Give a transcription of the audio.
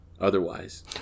Otherwise